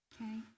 Okay